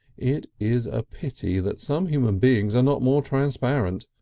it is a pity that some human beings are not more transparent.